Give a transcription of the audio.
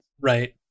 Right